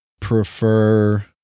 prefer